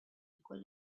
equal